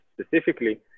specifically